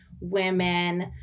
women